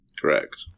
Correct